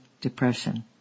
depression